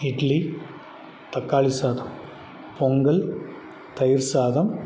இட்லி தக்காளி சாதம் பொங்கல் தயிர் சாதம்